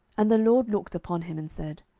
and the lord looked upon him, and said,